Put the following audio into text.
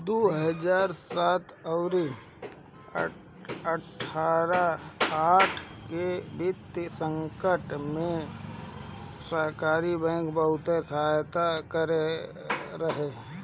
दू हजार सात अउरी आठ के वित्तीय संकट में सहकारी बैंक बहुते सहायता कईले रहे